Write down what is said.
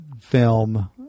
film